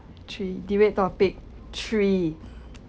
three debate topic three